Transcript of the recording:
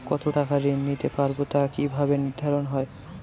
কতো টাকা ঋণ নিতে পারবো তা কি ভাবে নির্ধারণ হয়?